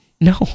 No